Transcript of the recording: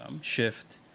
shift